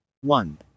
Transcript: one